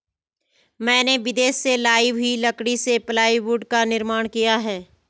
मैंने विदेश से लाई हुई लकड़ी से प्लाईवुड का निर्माण किया है